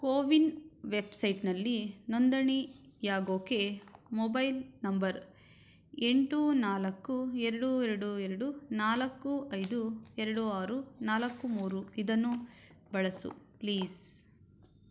ಕೋವಿನ್ ವೆಬ್ಸೈಟ್ನಲ್ಲಿ ನೋಂದಣಿಯಾಗೋಕ್ಕೆ mobile number ಎಂಟು ನಾಲ್ಕು ಎರಡು ಎರಡು ಎರಡು ನಾಲ್ಕು ಐದು ಎರಡು ಆರು ನಾಲ್ಕು ಮೂರು ಇದನ್ನು ಬಳಸು ಪ್ಲೀಸ್